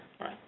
Right